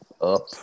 up